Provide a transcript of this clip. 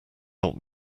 help